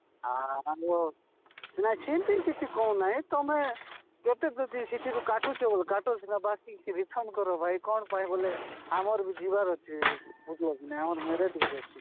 ଆଉ ନାଇଁ ସେମିତି କିଛି କହୁନାଇଁ ତମେ କେତେ ଯଦି ସିଠିରୁ କାଟୁଚ ବଏଲେ କାଟିକିନା ବାକି ରିଫଣ୍ଡ୍ କର ଭାଇ କ'ଣ ପାଇଁ ବୋଲେ ଆମର୍ ବି ଯିବାର ଅଛି ବୁଝିଲ କି ନାଇଁ ଆମର୍ ମ୍ୟାରେଜ୍ ଗୋଟେ ଅଛି